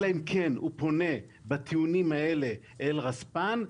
אלא אם כן הוא פונה בטיעונים האלה אל רספ"ן,